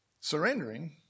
Surrendering